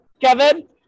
Kevin